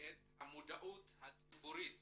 את המודעות הציבורית